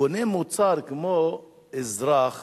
על מוצר כמו אזרח